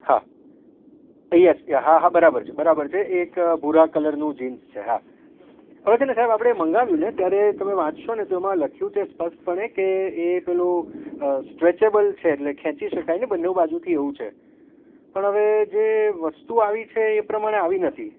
હા એ યસ એ હા હા બરાબર છે બરાબર છે એક ભૂરા કલરનું જીન્સ છે હા હવે છે ને સાહેબ આપણે મંગાવ્યું ને ત્યારે તમે વાંચશો ને તો એમાં લખ્યું છે સ્પષ્ટપણે કે એ પેલો સ્ટ્રેચેબલ છે એટલે ખેંચી શકાય ને બંને બાજુથી એવું છે પણ હવે જે વસ્તુ આવી છે એ પ્રમાણે આવી નથી